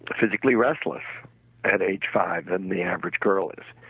physically restless at age five than the average girl is.